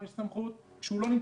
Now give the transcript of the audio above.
יש סמכות כזאת?